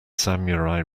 samurai